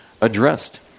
addressed